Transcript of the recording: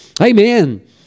Amen